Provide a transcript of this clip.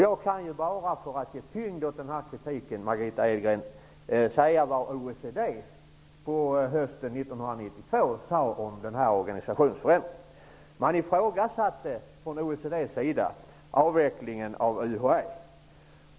Jag kan för att ge tyngd åt denna kritik, Margitta Edgren, berätta vad OECD på hösten 1992 sade om organisationsförändringen. Man ifrågasatte avvecklingen av UHÄ.